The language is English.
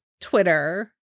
Twitter